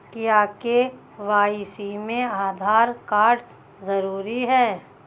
क्या के.वाई.सी में आधार कार्ड जरूरी है?